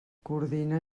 coordina